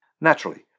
Naturally